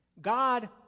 God